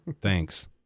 thanks